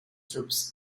troops